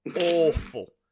awful